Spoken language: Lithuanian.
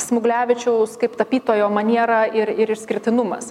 smuglevičiaus kaip tapytojo maniera ir ir išskirtinumas